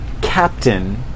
Captain